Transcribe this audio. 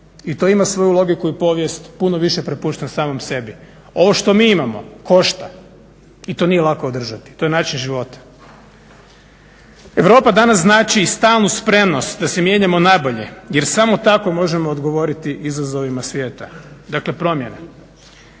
i to ima svoju logiku i povijest puno više prepušten sam sebi. Ovo što mi imamo košta i to nije lako održati. To je način života. Europa danas znači stalnu spremnost da se mijenjamo na bolje jer samo tako možemo odgovoriti izazovima svijeta, dakle promjene.